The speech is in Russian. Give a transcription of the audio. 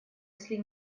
если